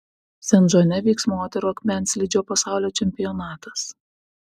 sent džone vyks moterų akmenslydžio pasaulio čempionatas